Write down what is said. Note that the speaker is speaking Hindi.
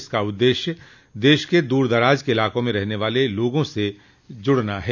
इसका उद्देश्य देश के दूरदराज के इलाकों में रहने वाले लोगों से जुड़ना है